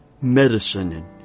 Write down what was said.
medicine